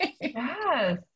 Yes